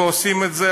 ועושים את זה,